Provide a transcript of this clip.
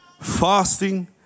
fasting